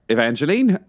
Evangeline